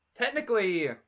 Technically